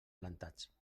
plantats